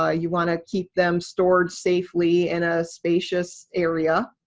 ah you wanna keep them stored safely in a spacious area.